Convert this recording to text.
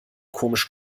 komisch